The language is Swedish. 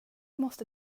måste